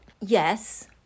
Yes